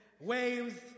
Waves